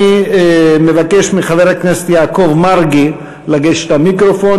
אני מבקש מחבר הכנסת יעקב מרגי לגשת למיקרופון.